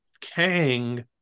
Kang